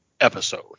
episode